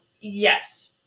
yes